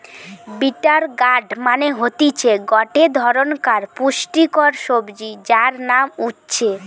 bitter gourd মানে হতিছে গটে ধরণকার পুষ্টিকর সবজি যার নাম উচ্ছে